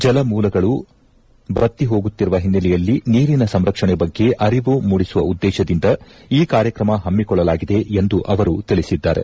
ಜಲಮೂಲಗಳು ಭತ್ತಿಹೋಗುತ್ತಿರುವ ಹಿನ್ನೆಲೆಯಲ್ಲಿ ನೀರಿನ ಸಂರಕ್ಷಣೆ ಬಗ್ಗೆ ಅರಿವು ಮೂಡಿಸುವ ಉದ್ದೇಶದಿಂದ ಈ ಕಾರ್ಯಕ್ರಮ ಹಮ್ಮಿಕೊಳ್ಳಲಾಗಿದೆ ಎಂದು ತಿಳಿಸಿದ್ದಾರೆ